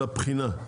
אלא בחינה.